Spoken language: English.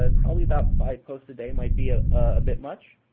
ah probably about five posts a day might be ah a bit much.